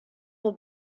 will